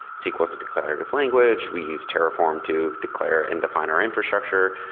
sql is a declarative language. we use terraform to declare and define our infrastructure.